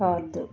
Partha